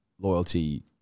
Loyalty